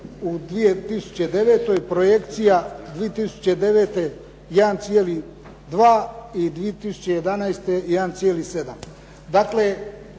u 2009., projekcija 2009. 1,2 i 2011. 1,7.